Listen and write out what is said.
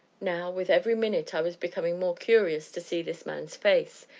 now, with every minute i was becoming more curious to see this man's face,